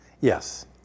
Yes